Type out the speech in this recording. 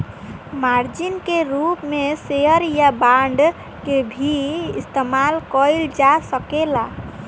margin के रूप में शेयर या बांड के भी इस्तमाल कईल जा सकेला